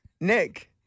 Nick